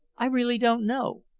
i really don't know.